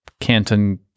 Canton